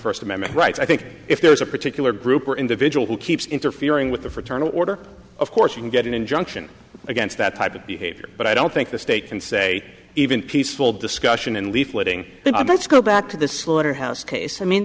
first amendment rights i think if there's a particular group or individual who keeps interfering with the fraternal order of course you can get an injunction against that type of behavior but i don't think the state can say even peaceful discussion and leafleting that's go back to the slaughterhouse case i mean